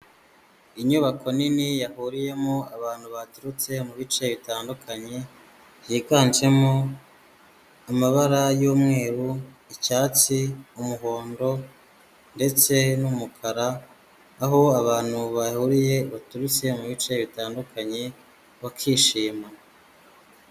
Inyubako nini yahuriyemo abantu baturutse mu bice bitandukanye byiganjemo amabara y'umweru icyatsi umuhondo ndetse n'umukara aho abantu bahuriye baturutse mu bice bitandukanye bakishima.